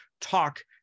talk